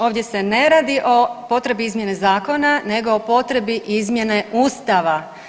Ovdje se ne radi o potrebi izmjene zakona, nego o potrebi izmjene Ustava.